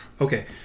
okay